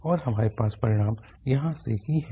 और हमारे पास परिणाम यहाँ से ही है